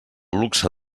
luxe